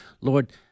Lord